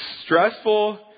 stressful